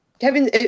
Kevin